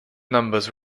numbers